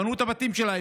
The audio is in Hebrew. הם בנו את הבתים שלהם,